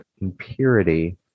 impurity